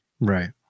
right